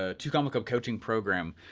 ah two comma club coaching program,